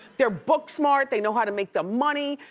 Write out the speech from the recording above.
they're book-smart, they know how to make the money,